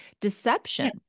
deception